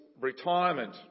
retirement